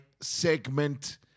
segment